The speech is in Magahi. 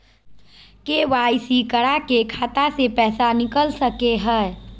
के.वाई.सी करा के खाता से पैसा निकल सके हय?